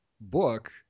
book